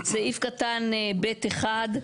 סעיף קטן (ב)(1),